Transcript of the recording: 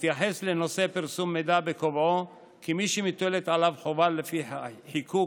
מתייחס לנושא פרסום מידע בקובעו כי "מי שמוטלת עליו חובה לפי חיקוק